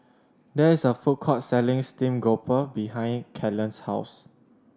there is a food court selling steamed grouper behind Kellen's house